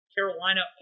Carolina